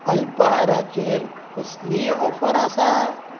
अल्पाहाराचेर कसलीय ऑफर आसा